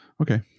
Okay